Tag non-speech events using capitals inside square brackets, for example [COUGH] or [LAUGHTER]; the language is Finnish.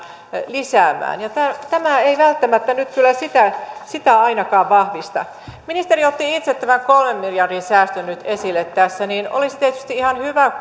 lisäämään niin tämä ei välttämättä nyt kyllä sitä sitä ainakaan vahvista kun ministeri otti itse tämän kolmen miljardin säästön nyt esille tässä niin olisi tietysti ihan hyvä [UNINTELLIGIBLE]